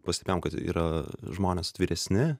pastebėjom kad yra žmonės atviresni